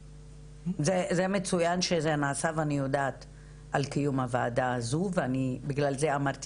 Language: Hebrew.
זה מצויין שזה נעשה ואני יודעת על קיום הוועדה הזאת ובגלל זה אמרתי